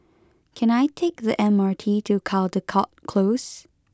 can I take the M R T to Caldecott Close